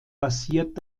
basiert